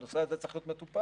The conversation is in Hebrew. והנושא הזה צריך להיות מטופל.